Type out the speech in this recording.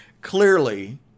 clearly